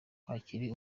hakiri